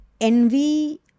envy